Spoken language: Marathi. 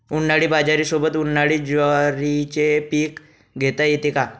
उन्हाळी बाजरीसोबत, उन्हाळी ज्वारीचे पीक घेता येते का?